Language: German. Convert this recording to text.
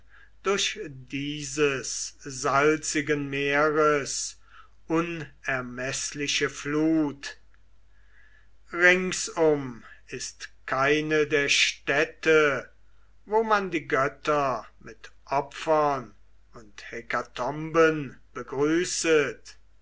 durch dieses salzigen meeres unermeßliche flut ringsum ist keine der städte wo man die götter mit opfern und hekatomben begrüßet